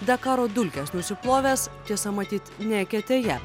dakaro dulkes nusiplovęs tiesa matyt ne eketėje